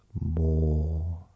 more